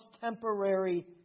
temporary